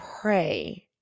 pray